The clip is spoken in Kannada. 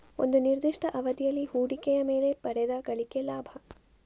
ಒಂದು ನಿರ್ದಿಷ್ಟ ಅವಧಿಯಲ್ಲಿ ಹೂಡಿಕೆಯ ಮೇಲೆ ಪಡೆದ ಗಳಿಕೆ ಲಾಭ